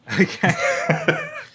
Okay